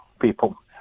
people